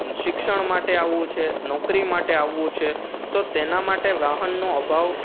શિક્ષણ માટે આવું છે નોકરી માટે આવું છે તો તેના માટે વાહનનો અભાવ